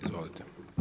Izvolite.